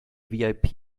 vip